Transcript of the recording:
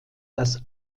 das